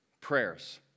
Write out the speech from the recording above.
prayers